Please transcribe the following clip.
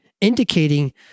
indicating